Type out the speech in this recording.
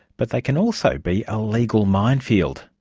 but they can also be a legal minefield.